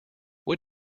what